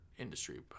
industry